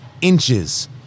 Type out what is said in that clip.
inches